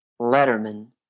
Letterman